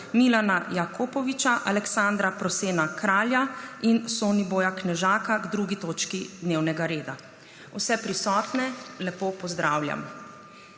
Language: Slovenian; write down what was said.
Milana Jakopoviča, Aleksandra Prosena Kralja in Soniboja Knežaka k 2. točki dnevnega reda. Vse prisotne lepo pozdravljam!